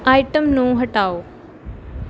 item ਨੂੰ ਹਟਾਓ